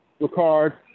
Ricard